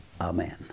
amen